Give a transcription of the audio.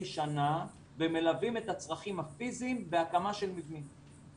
שנה ומלווים את הצרכים הפיזיים בהקמה של מבנים.